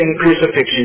crucifixion